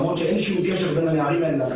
למרות שאין שום קשר בין הנערים האלה לבין